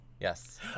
Yes